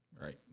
Right